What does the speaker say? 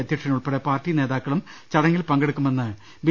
അധ്യക്ഷൻ ഉൾപ്പെടെ പാർട്ടി നേതാക്കളും ചടങ്ങിൽ പങ്കെടുക്കുമെന്ന് ബി